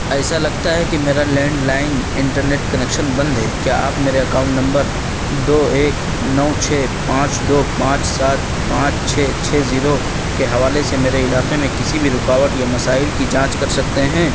ایسا لگتا ہے کہ میرا لینڈ لائن انٹرنیٹ کنکشن بند ہے کیا آپ میرے اکاؤنٹ نمبر دو ایک نو چھ پانچ دو پانچ سات پانچ چھ چھ زیرو کے حوالے سے میرے علاقے میں کسی بھی رکاوٹ یا مسائل کی جانچ کر سکتے ہیں